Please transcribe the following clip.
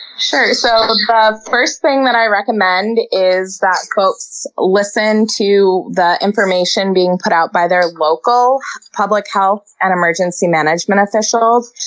so so the first thing that i recommend is that folks listen to the information being put out by their local public health and emergency management officials.